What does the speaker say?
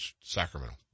Sacramento